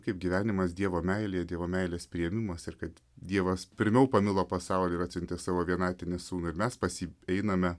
kaip gyvenimas dievo meilėje dievo meilės priėmimas ir kad dievas pirmiau pamilo pasaulį ir atsiuntė savo vienatinį sūnų ir mes pas jį einame